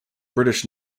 british